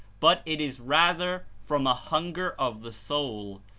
but it is rather from a hunger of the soul,